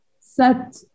set